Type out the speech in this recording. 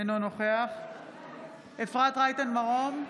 אינו נוכח אפרת רייטן מרום,